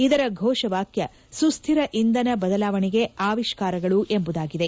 ಇದರ ಫೋಷವಾಕ್ಯ ಸುಸ್ಥಿರ ಇಂಧನ ಬದಲಾವಣೆಗೆ ಆವಿಷ್ಕಾ ರಗಳು ಎಂಬುದಾಗಿದೆ